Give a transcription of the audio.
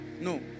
No